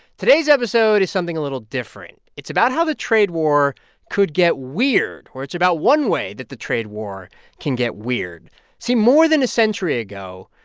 today's episode is something a little different. it's about how the trade war could get weird, or it's about one way that the trade war can get weird see, more than a century ago,